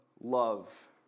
love